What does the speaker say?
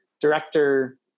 director